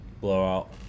blowout